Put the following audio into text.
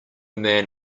man